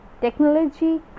technology